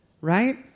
right